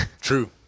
True